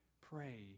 pray